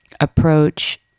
approach